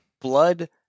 blood